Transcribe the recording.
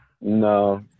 No